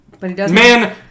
Man